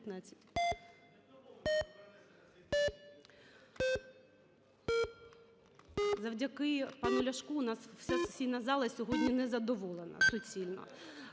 Завдяки пану Ляшку у нас вся сесійна зала сьогодні незадоволена суцільно.